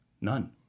None